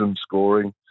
scoring